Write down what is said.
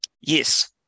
Yes